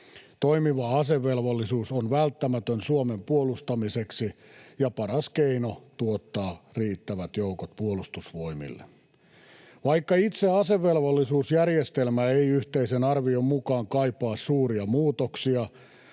Toimiva asevelvollisuus on välttämätön Suomen puolustamiseksi ja paras keino tuottaa riittävät joukot Puolustusvoimille. Vaikka itse asevelvollisuusjärjestelmä ei yhteisen arvion mukaan kaipaa suuria muutoksia,